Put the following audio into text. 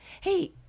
Hey